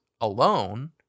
alone